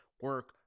Work